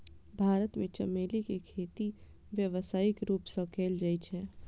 भारत मे चमेली के खेती व्यावसायिक रूप सं कैल जाइ छै